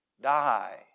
die